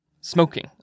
smoking